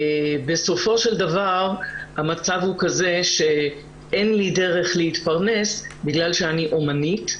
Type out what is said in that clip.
בסופו של דבר המצב הוא כזה שאין לי דרך להתפרנס בגלל שאני אומנית,